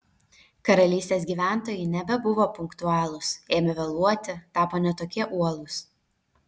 karalystės gyventojai nebebuvo punktualūs ėmė vėluoti tapo ne tokie uolūs